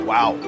Wow